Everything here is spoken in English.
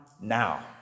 now